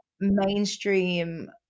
mainstream